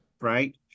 right